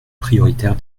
prioritaire